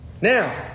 Now